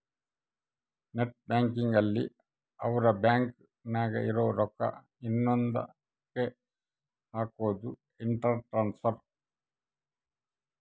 net banking ಅಲ್ಲಿ ಅವ್ರ bank ನಾಗೇ ಇರೊ ರೊಕ್ಕ ಇನ್ನೊಂದ ಕ್ಕೆ ಹಕೋದು ಇಂಟ್ರ ಟ್ರಾನ್ಸ್ಫರ್